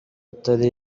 atari